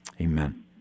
amen